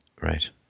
right